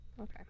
Okay